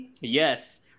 Yes